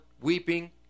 weeping